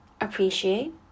appreciate